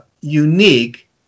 unique